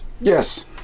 Yes